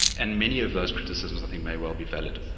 and many of those criticisms i think may well be valid.